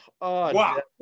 wow